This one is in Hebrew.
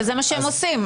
וזה מה שהם עושים?